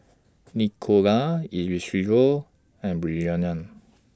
Nicola Isidro and Bryanna